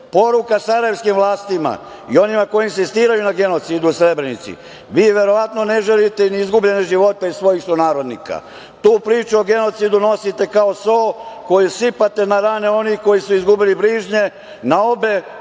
sarajevskim vlastima i onima koji insistiraju na genocidu u Srebrenici: Vi verovatno ne žalite ni izgubljene živote svojih sunarodnika. Tu priču o genocidu nosite kao so koju sipate na rane onih koji su izgubili bližnje na obe ili